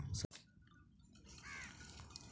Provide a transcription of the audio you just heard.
Sir ನನ್ನ ಕೃಷಿ ಸಾಲ ಇನ್ನು ಎಷ್ಟು ಬಾಕಿಯಿದೆ?